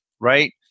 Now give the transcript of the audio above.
right